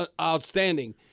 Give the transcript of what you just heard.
outstanding